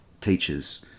teachers